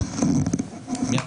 מי אתה?